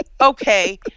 okay